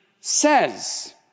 says